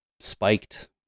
spiked